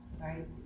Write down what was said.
right